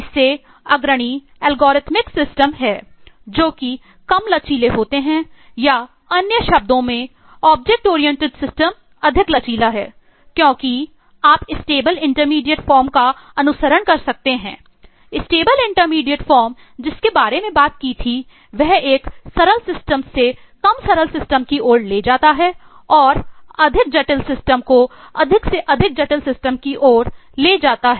इससे अग्रणी algorithm system की ओर ले जाता हैं